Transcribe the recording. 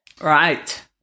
Right